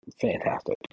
fantastic